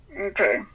Okay